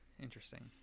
Interesting